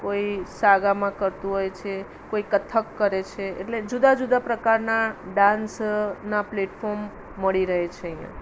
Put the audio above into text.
કોઈ સાગામા કરતું હોય છે કોઈ કથક કરે છે એટલે જુદા જુદા પ્રકારના ડાન્સના પ્લેટફોર્મ મળી રહે છે અહીંયાં